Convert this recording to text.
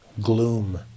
gloom